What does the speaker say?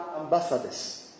ambassadors